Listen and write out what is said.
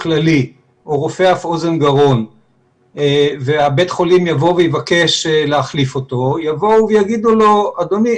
כללי או רופא אף אוזן גרון ובית החולים יבקש להחליף אותו יגידו לו: אדוני,